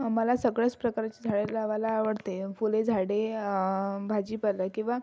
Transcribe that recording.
आम्हाला सगळ्याच प्रकारचे झाडे लावायला आवडते फुले झाडे भाजीपाला किंवा